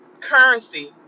currency